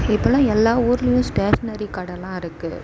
இப்போல்லாம் எல்லா ஊர்லேயும் ஸ்டேஷ்னரி கடைல்லாம் இருக்குது